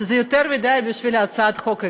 שזה יותר מדי בשביל הצעת חוק אחת,